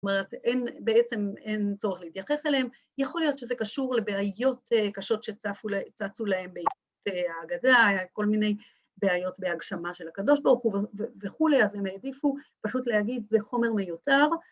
‫זאת אומרת, אין ‫בעצם אין צורך להתייחס אליהם. ‫יכול להיות שזה קשור לבעיות קשות ‫שצפו להן צצו להן בעת ההגדה, ‫כל מיני בעיות בהגשמה של הקדוש ברוך הוא, ‫וכולי, אז הם העדיפו, ‫פשוט להגיד, זה חומר מיותר.